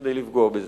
כדי לפגוע בזה.